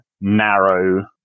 narrow